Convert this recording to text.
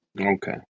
okay